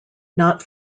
not